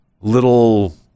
little